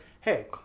Hey